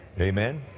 Amen